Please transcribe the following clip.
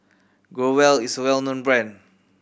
Growell is a well known brand